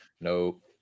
no